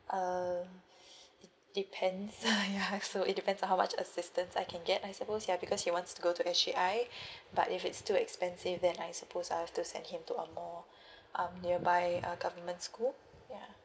uh de~ depends ya so it depends on how much assistance I can get I suppose ya because he wants to go to S_J_I but if it's too expensive then I suppose I have to send him to a more um nearby uh government school ya